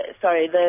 sorry